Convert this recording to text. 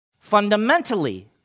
fundamentally